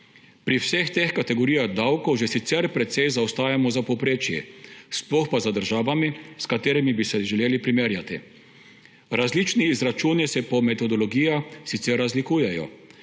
Pri vseh teh kategorijah davkov že sicer precej zaostajamo za povprečji, sploh pa za državami, s katerimi bi se želeli primerjati. Različni izračuni se po metodologijah sicer razlikujejo,